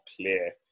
clear